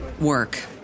work